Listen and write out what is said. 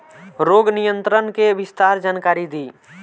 रोग नियंत्रण के विस्तार जानकारी दी?